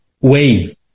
wave